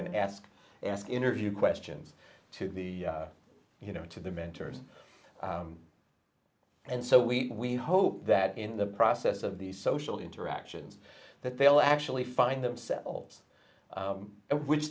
and ask ask interview questions to the you know to the mentors and so we hope that in the process of these social interactions that they'll actually find themselves and which